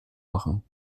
machen